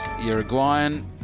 Uruguayan